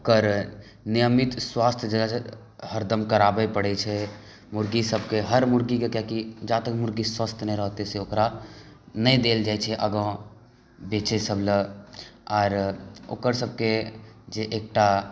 ओकर नियमित स्वास्थ्य जेना हरदम कराबय पड़ै छै मुर्गी सबके हर मुर्गी किएककि जातक मुर्गी स्वस्थ नहि रहतै से ओकरा नहि देल जाइ छै आगाँ बेचय सब लए आर ओकर सबके जे एकटा